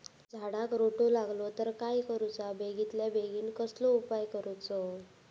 झाडाक रोटो लागलो तर काय करुचा बेगितल्या बेगीन कसलो उपाय करूचो?